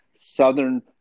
southern